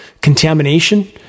contamination